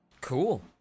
Cool